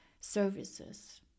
services